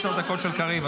עשר דקות של קריב,